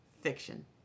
Fiction